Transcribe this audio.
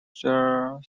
their